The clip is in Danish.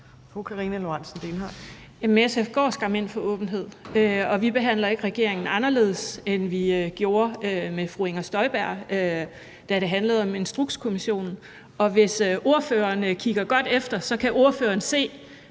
Karina Lorentzen Dehnhardt (SF): Jamen SF går skam ind for åbenhed, og vi behandler ikke regeringen anderledes, end vi gjorde med fru Inger Støjberg, da det handlede om Instrukskommissionen. Og hvis ordføreren kigger godt efter, kan ordføreren se,